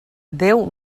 déu